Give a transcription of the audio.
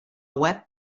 web